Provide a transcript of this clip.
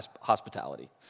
hospitality